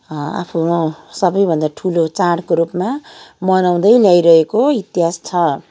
आफ्नो सबैभन्दा ठुलो चाडको रूपमा मनाउँदै ल्याइरहेको इतिहास छ